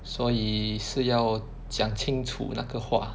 所以是要讲清楚那个话